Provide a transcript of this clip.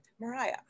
Mariah